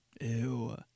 Ew